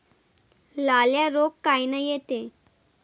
लाल्या रोग कायनं येते?